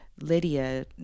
Lydia